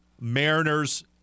mariners